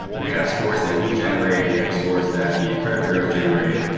we have scores that we generate. we have scores that the credit bureaus generate,